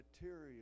material